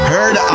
Heard